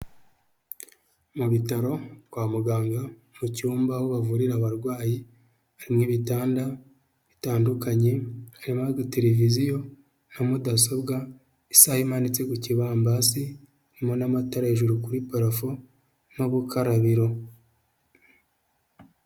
Mu bitaro kwa muganga mu cyumba aho bavurira abarwayi. Harimo ibitanda bitandukanye, harimo agateleviziyo na mudasobwa ,isaha imanitse ku kibambasi. Harimo n'amatara hejuru kuri parafo n'ubukarabiro.